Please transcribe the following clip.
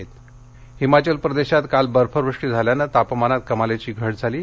हिमाचल हिमाचल प्रदेशात काल बर्फवृष्टी झाल्यामुळे तापमानात कमालीची घट झाली आहे